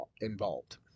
involved